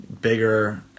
bigger